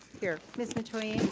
here. ms. metoyer.